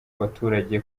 abaturage